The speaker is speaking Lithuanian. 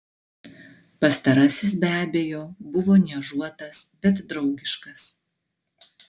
pastarasis be abejo buvo niežuotas bet draugiškas